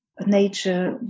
nature